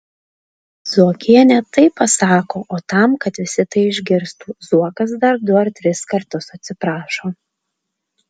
zuokienė taip pasako o tam kad visi tai išgirstų zuokas dar du ar tris kartus atsiprašo